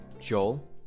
Joel